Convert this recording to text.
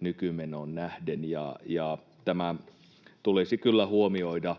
nykymenoon nähden. Tämä tulisi kyllä huomioida